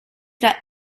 tra